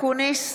אופיר אקוניס,